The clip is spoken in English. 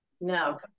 no